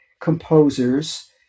composers